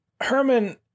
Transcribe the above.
Herman